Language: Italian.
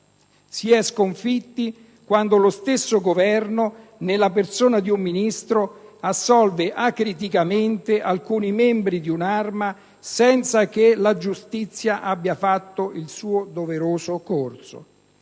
si è sconfitti quando lo stesso Governo, nella persona di un Ministro, assolve acriticamente alcuni membri di un'Arma senza che la giustizia abbia fatto il proprio doveroso corso.